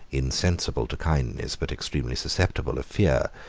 insensible to kindness, but extremely susceptible of fear,